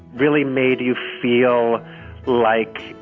really made you feel like,